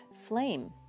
flame